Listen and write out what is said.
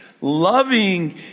loving